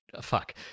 Fuck